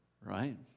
Right